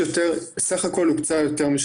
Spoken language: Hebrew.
ע הקרוב עם שירות התעסוקה ל-On the Job Training